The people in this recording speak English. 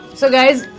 so guys,